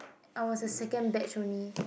I was the second batch only